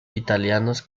italianos